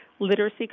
literacy